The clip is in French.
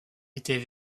étaient